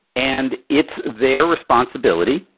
and it's their responsibility,